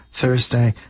Thursday